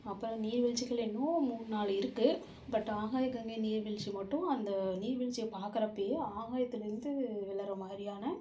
அப்புறம் நீர்வீழ்ச்சிகள் இன்னும் மூணு நாலு இருக்குது பட்டு ஆகாய கங்கை நீர்வீழ்ச்சி மட்டும் அந்த நீர்வீழ்ச்சியை பார்க்கிறப்பையே ஆகாயத்தில் இருந்து விழுகிற மாதிரியான